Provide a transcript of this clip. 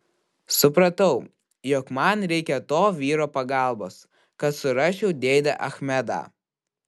supratau jog man reikia to vyro pagalbos kad surasčiau dėdę achmedą